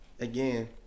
Again